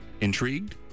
intrigued